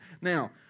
Now